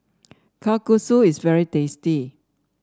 kalguksu is very tasty